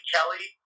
Kelly